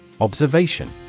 Observation